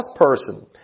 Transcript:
person